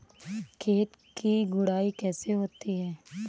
खेत की गुड़ाई कैसे होती हैं?